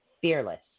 fearless